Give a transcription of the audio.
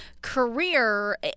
career